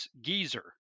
Geezer